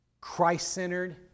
Christ-centered